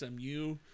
SMU